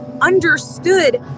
understood